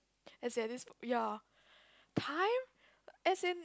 as in at this ya time as in